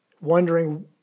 wondering